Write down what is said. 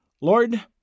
Lord